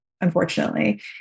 unfortunately